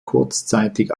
kurzzeitig